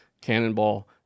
cannonball